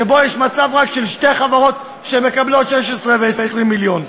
שבו יש מצב של שתי חברות שמקבלות 16 ו-20 מיליון.